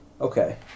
Okay